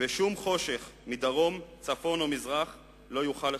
ושום חושך, מדרום, צפון, או מזרח, לא יוכל לכבותו,